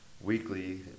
weekly